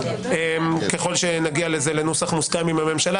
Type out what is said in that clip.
ככל שנגיע לנוסח מוסכם עם הממשלה,